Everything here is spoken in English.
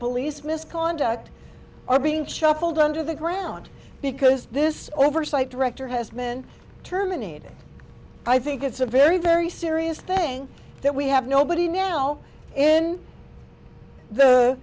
police misconduct are being shuffled under the ground because this oversight director has been terminated i think it's a very very serious thing that we have nobody now in the